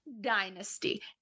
dynasty